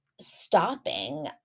stopping